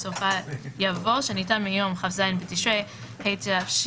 בסופה יבוא "שניתן מיום כ"ז בתשרי התשפ"ב